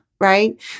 Right